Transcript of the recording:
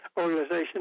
organization